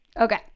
Okay